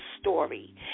story